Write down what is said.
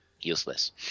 Useless